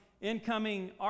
incoming